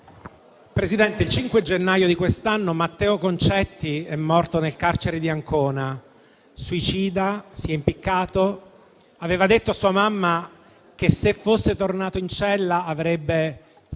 Presidente, il 5 gennaio di quest'anno Matteo Concetti è morto nel carcere di Ancona, suicida: si è impiccato. Aveva detto a sua mamma che, se fosse tornato in cella, si sarebbe tolto